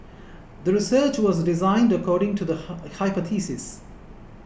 the research was designed according to the hypothesis